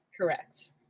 Correct